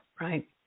right